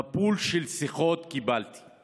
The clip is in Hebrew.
קיבלתי מבול של שיחות של